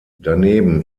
daneben